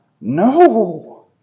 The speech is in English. No